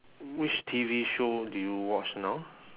which T_V show do you watch now